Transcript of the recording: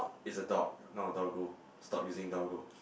it's a dog not a doggo stop using doggo